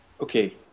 okay